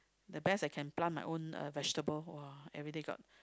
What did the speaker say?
the best I can plant my own vegetable !wah! everyday got